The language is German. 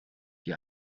die